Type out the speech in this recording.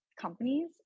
companies